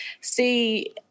see